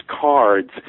cards